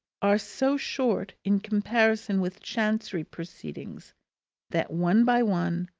are so short in comparison with chancery proceedings that, one by one,